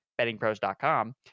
bettingpros.com